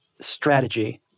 strategy